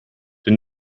der